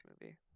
movie